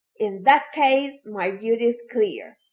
in that case, my duty is clear.